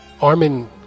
Armin